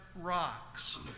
rocks